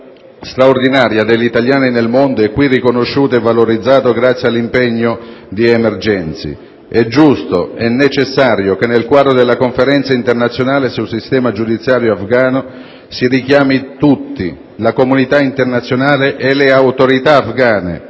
straordinaria degli italiani nel mondo è qui riconosciuta e valorizzata grazie all'impegno di Emergency. È giusto ed è necessario che nel quadro della Conferenza internazionale sul sistema giudiziario afghano si richiami tutti, la comunità internazionale e le autorità afgane,